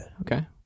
okay